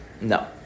no